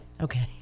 okay